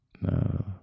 No